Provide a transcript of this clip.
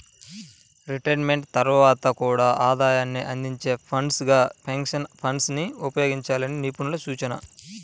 retirement తర్వాత కూడా ఆదాయాన్ని అందించే ఫండ్స్ గా పెన్షన్ ఫండ్స్ ని ఉపయోగించాలని నిపుణుల సూచన